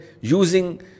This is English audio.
using